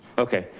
okay.